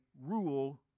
rule